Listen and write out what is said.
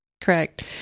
correct